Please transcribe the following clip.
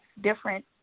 different